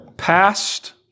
Past